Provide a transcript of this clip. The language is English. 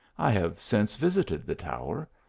i have since visited the tower.